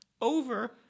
over